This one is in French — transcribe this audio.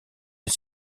est